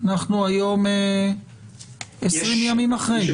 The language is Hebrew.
אנחנו היום 20 ימים אחרי.